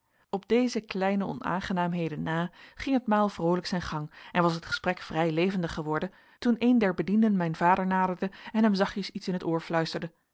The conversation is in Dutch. op deze kleine onaangenaamheden na ging het maal vroolijk zijn gang en was het gesprek vrij levendig geworden toen een der bedienden mijn vader naderde en hem zachtjes iets in het oor fluisterde